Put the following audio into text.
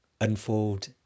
unfold